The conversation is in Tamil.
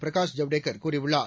பிரகாஷ் ஜவ்டேகர் கூறியுள்ளார்